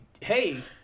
hey